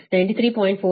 58 ಆದ್ದರಿಂದ 93